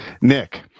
Nick